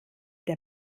der